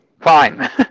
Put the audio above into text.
Fine